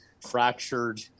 fractured